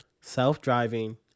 self-driving